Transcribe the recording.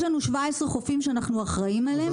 יש לנו 17 חופים שאנחנו אחראיים עליהם,